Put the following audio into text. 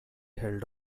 held